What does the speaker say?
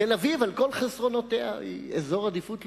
תל-אביב על כל חסרונותיה היא אזור עדיפות לאומית.